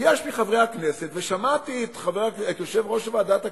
יש מחברי הכנסת, ושמעתי את יושב-ראש ועדת הכנסת,